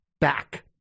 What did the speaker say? back